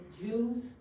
Jews